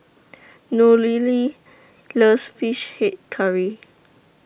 Nohely loves Fish Head Curry